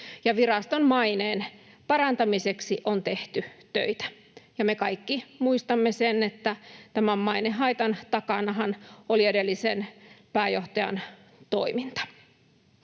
Viraston maineen parantamiseksi on tehty töitä. Me kaikki muistamme sen, että tämän mainehaitan takanahan oli edellisen pääjohtajan toiminta.